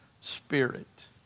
Spirit